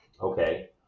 Okay